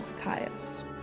Caius